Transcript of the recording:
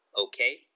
Okay